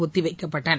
ஒத்திவைக்கப்பட்டன